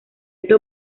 esto